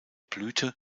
blüte